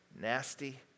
nasty